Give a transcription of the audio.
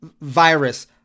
virus